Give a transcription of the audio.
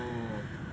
orh